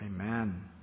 Amen